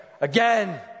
again